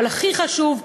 אבל הכי חשוב,